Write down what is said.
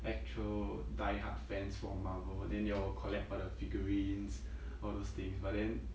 actual die hard fans for marvel then y'all will collect the figurines all those things but then